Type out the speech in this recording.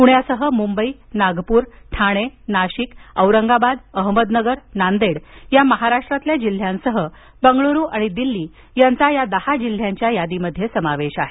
पुण्यासह मुंबई नागपूर ठाणे नाशिक औरंगाबाद अहमदनगर नांदेड या महाराष्ट्रातील जिल्ह्यांसह बंगळूरू आणि दिल्ली यांचा या दहा जिल्ह्यांच्या यादीत समावेश आहे